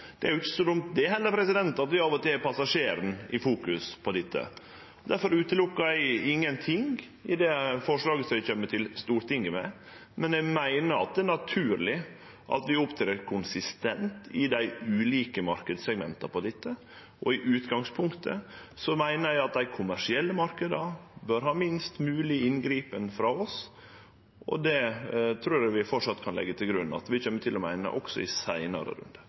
Det er heller ikkje så dumt at vi av og til fokuserer på passasjerane i dette. Difor ekskluderer eg ingenting i det forslaget som eg kjem til Stortinget med, men eg meiner det er naturleg at vi opptrer konsistent i dei ulike marknadssegmenta. I utgangspunktet meiner eg at dei kommersielle marknadene bør ha minst mogleg inngrep frå oss, og det trur eg vi framleis kan leggje til grunn at vi kjem til å meine òg i seinare